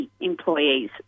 employees